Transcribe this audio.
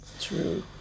true